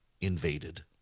invaded